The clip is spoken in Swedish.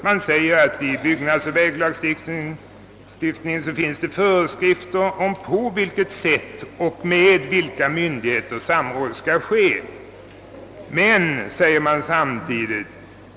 Man skriver bl, a.: »I byggnadsoch väglagstiftningen finnes föreskrifter om på vilket sätt och med vilka myndigheter samråd skall ske ———.